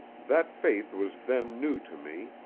that faith was then new to me,